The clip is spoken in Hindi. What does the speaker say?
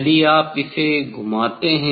यदि आप इसे घुमाते हैं